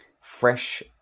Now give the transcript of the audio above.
Fresh